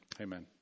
Amen